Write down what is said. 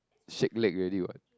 shake leg already what